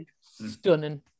Stunning